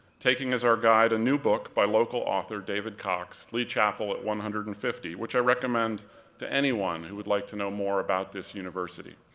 taking as our guide a new book by local author david cox, lee chapel at one hundred and fifty, which i recommend to anyone who would like to know more about this university.